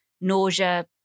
nausea